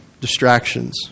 Distractions